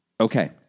Okay